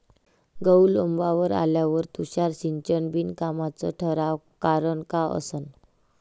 गहू लोम्बावर आल्यावर तुषार सिंचन बिनकामाचं ठराचं कारन का असन?